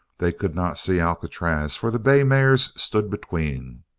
they could not see alcatraz, for the bay mares stood between.